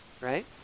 Right